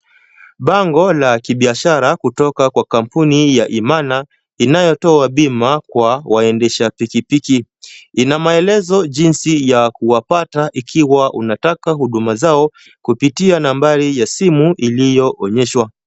Bango la kibiashara kutoka kwa kampuni ya Imana, inayotoa bima kwa waendesha pikipiki, ina maelezo ya jinsi ya kuwapata, ikiwa unataka huduma zao, kupitia nambari ya simu iliyoonyeshwa.